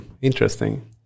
interesting